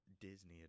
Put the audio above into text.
disney